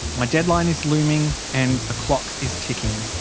my deadline is looming and the clock is ticking.